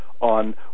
On